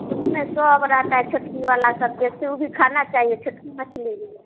उसमें सब रहता है छोटकी वाला सब देखते वह भी खाना चाहिए छोटकी मछली भी